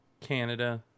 canada